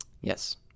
Yes